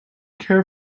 care